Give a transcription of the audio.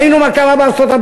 ראינו מה קרה בארצות-הברית.